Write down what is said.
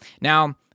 Now